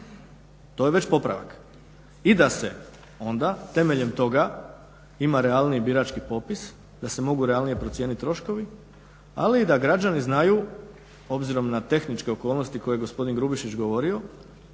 to je već popravak. I da se onda temeljem toga ima realniji birački popis da se mogu realnije procijeniti troškovi ali i da građani znaju obzirom na tehničke okolnosti koje je gospodin Grubišić govorio